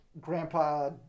Grandpa